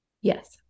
Yes